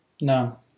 No